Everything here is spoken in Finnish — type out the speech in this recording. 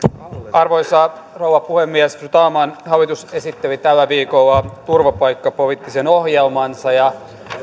arvoisa rouva puhemies fru talman hallitus esitteli tällä viikolla turvapaikkapoliittisen ohjelmansa